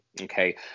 Okay